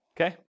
Okay